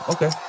Okay